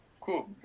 Cool